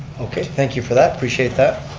okay, thank you for that, appreciate that.